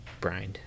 brined